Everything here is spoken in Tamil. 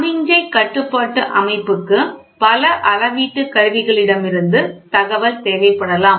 சமிக்ஞை கட்டுப்பாட்டு அமைப்புக்கு பல அளவீட்டு கருவிகளிடமிருந்து தகவல் தேவைப்படலாம்